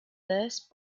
first